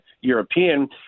European